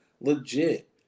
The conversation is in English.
legit